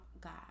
God